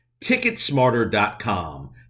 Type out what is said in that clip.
Ticketsmarter.com